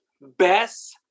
Best